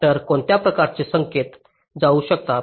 तर कोणत्या प्रकारचे संकेत जाऊ शकतात